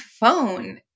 phone